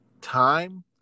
Time